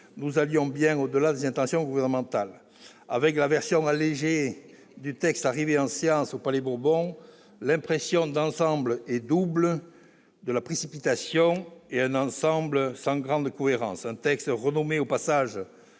nous allions bien au-delà des intentions gouvernementales. Avec la version « allégée » du texte arrivée en séance au Palais-Bourbon, l'impression globale est double : de la précipitation et un ensemble sans grande cohérence. Un texte renommé au passage